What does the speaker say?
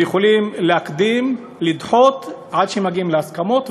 ויכולים להקדים ולדחות עד שמגיעים להסכמות,